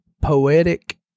poetic